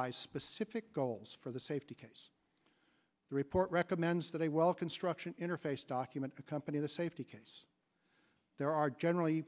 i specific goals for the safety case the report recommends that a well construction interface document accompany the safety case there are generally